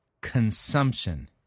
consumption